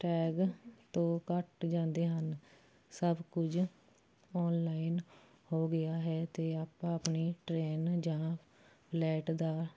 tag ਤੋਂ ਕੱਟ ਜਾਂਦੇ ਹਨ ਸਭ ਕੁਝ ਔਨਲਾਈਨ ਹੋ ਗਿਆ ਹੈ ਅਤੇ ਆਪਾਂ ਆਪਣੀ ਟਰੇਨ ਜਾਂ ਫਲੈਟ ਦਾ